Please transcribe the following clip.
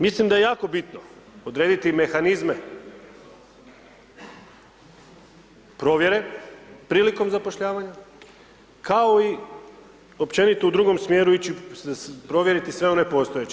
Mislim da je jako bitno odrediti mehanizme provjere prilikom zapošljavanja kao i općenito u drugom smjeru ići provjeriti sve one postojeće.